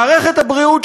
מערכת הבריאות,